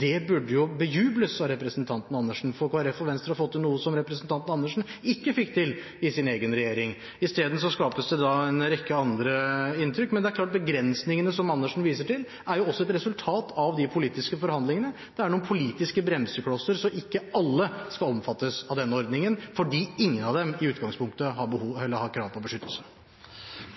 Det burde bejubles av representanten Andersen, for Kristelig Folkeparti og Venstre har fått til noe som representanten Andersen ikke fikk til i sin egen regjering – isteden skapes det en rekke andre inntrykk. Men det er klart, begrensningene som Andersen viser til, er også et resultat av de politiske forhandlingene. Det er noen politiske bremseklosser, slik at ikke alle skal omfattes av denne ordningen, fordi ingen av dem i utgangspunktet har krav på beskyttelse. Replikkordskiftet er over. De talere som heretter får ordet, har en taletid på